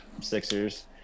Sixers